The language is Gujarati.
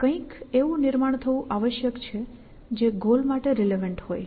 કંઈક એવું નિર્માણ થવું આવશ્યક છે જે ગોલ માટે રિલેવન્ટ હોય